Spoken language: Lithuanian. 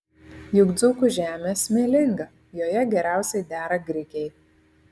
juk dzūkų žemė smėlinga joje geriausiai dera grikiai